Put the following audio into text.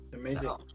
Amazing